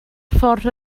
ffordd